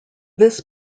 this